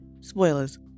spoilers